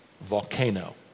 Volcano